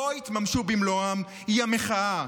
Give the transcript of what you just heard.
לא התממשו במלואם היא המחאה.